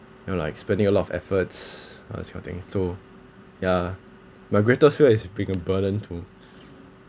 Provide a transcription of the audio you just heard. you know like spending a lot of efforts all this kind of thing so ya my greatest fear is being a burden to